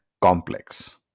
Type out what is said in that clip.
complex